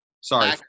Sorry